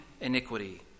iniquity